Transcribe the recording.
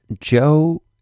Joe